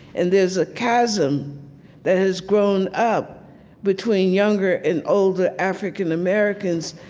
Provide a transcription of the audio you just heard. and there's a chasm that has grown up between younger and older african americans,